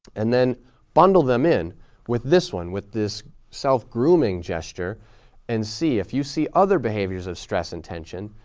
and then bundle them in with this one, with this self-grooming gesture and see if you see other behaviors of stress and tension.